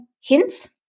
hints